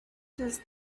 does